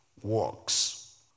Works